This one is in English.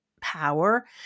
power